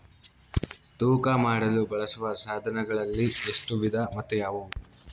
ತೂಕ ಮಾಡಲು ಬಳಸುವ ಸಾಧನಗಳಲ್ಲಿ ಎಷ್ಟು ವಿಧ ಮತ್ತು ಯಾವುವು?